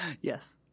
Yes